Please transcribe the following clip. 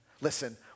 Listen